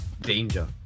danger